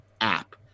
app